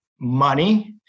money